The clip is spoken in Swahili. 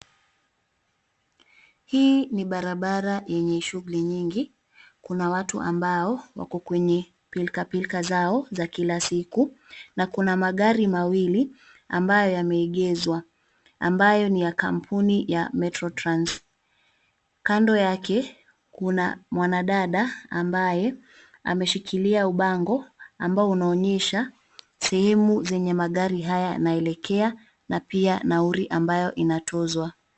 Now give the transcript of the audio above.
Hii ni barabara yenye shughuli nyingi, kuna watu ambao wako kwenye pilkapilka zao za kila siku. Na kuna magari mawili ambayo yameegezwa ambayo ni ya kampuni ya Metro Trans. Kando yake kuna mwanadada ambaye ameshikilia ubango, ambao unaonyesha sehemu zenye magari haya yanaelekea na pia nauli ambayo inatozwa.